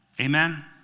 Amen